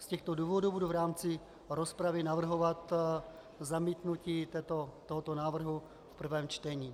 Z těchto důvodů budu v rámci rozpravy navrhovat zamítnutí tohoto návrhu v prvém čtení.